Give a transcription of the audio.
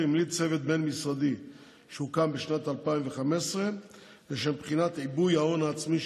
הצעת החוק כוללת שני תיקונים עיקריים.